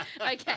Okay